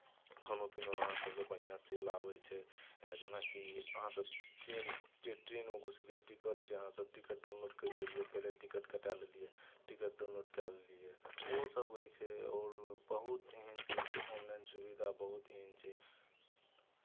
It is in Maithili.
खानो पीनो अहाँ सभके बढ़िआँसँ चलि आबै छै जेनाकि अहाँसभ ट्रेन ट्रे ट्रेनमे घुसलियै टिकट छै अहाँसभ टिकट डाउनलोड करि लेलियै पहिले टिकट कटाए लेलियै टिकट डाउनलोड कए लेलियै ओसभ होइ छै आओर बहुत एहन छै कि ऑनलाइन सुविधा बहुत एहन छै